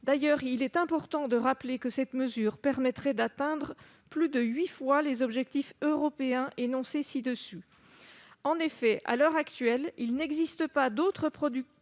pour 2030. Il est important de rappeler que cette mesure permettrait d'atteindre plus de huit fois les objectifs européens énoncés. À l'heure actuelle, il n'existe pas d'autre